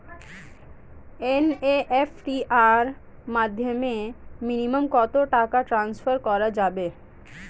NEFT এর মাধ্যমে minimum কত টাকা টান্সফার করা যাবে?